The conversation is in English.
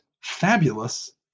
fabulous